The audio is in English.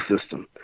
system